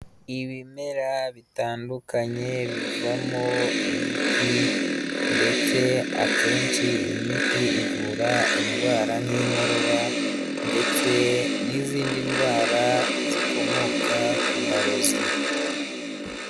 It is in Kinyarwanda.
Ibimera bitandukanye bivamo imiti ndetse akenshi iyi miti ivura indwara nk'inkorora ndetse n'izindi ndwara zikomoka ku marozi.